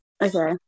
Okay